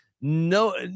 no